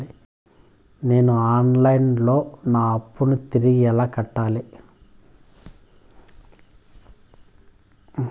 నేను online లో నా అప్పును తిరిగి ఎలా కట్టాలి?